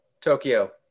tokyo